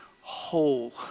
whole